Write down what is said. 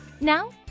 Now